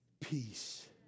peace